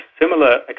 similar